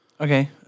Okay